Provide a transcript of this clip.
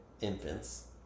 infants